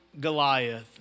Goliath